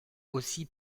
aussi